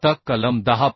आता कलम 10